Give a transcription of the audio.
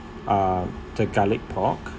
uh the garlic pork